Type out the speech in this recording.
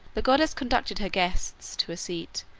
the goddess conducted her guests to a seat,